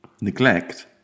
Neglect